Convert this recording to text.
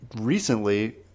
recently